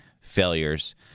failures